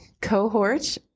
cohort